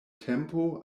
tempo